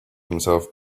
himself